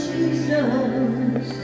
Jesus